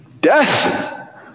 death